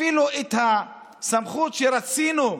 אפילו את הסמכות שרצינו,